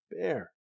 bear